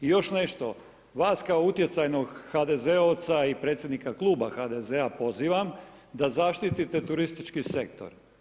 I još nešto, vas kao utjecajnog HDZ-ovca i predsjednika Kluba HDZ-a pozivam da zaštitite turistički sektor.